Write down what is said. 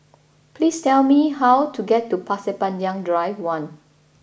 please tell me how to get to Pasir Panjang Drive One